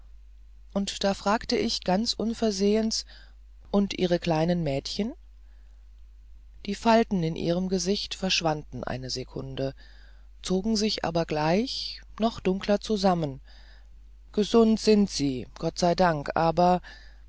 und da fragte ich ganz unversehens und ihre kleinen mädchen die falten in ihrem gesicht verschwanden eine sekunde zogen sich aber gleich noch dunkler zusammen gesund sind sie gottseidank aber